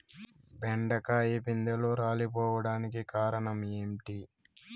బెండకాయ పిందెలు రాలిపోవడానికి కారణం ఏంటి?